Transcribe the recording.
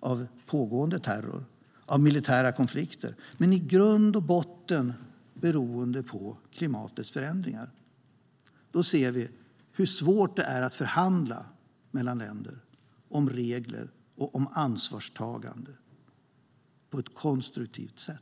av pågående terror och av militära konflikter men som i grund och botten beror på klimatets förändringar, ser vi hur svårt det är att förhandla mellan länder om regler och om ansvarstagande på ett konstruktivt sätt.